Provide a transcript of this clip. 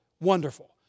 Wonderful